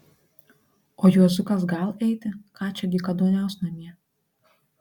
o juozukas gal eiti ką čia dykaduoniaus namie